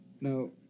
No